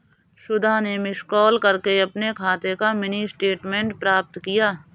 सुधा ने miss call करके अपने खाते का मिनी स्टेटमेंट प्राप्त किया